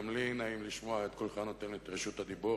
גם לי נעים לשמוע את קולך נותן את רשות הדיבור,